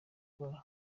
ndwara